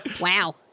Wow